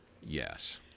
yes